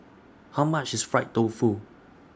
How much IS Fried Tofu